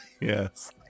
Yes